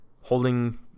holding